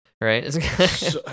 right